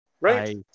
right